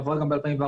עברה גם ב-2014,